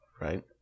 Right